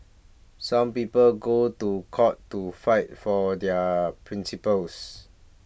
some people go to court to fight for their principles